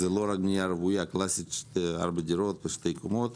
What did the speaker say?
לא רק בנייה רוויה קלאסית ארבע דירות ושתי קומות,